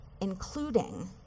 including